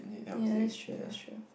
ya that's true that's true